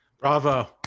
Bravo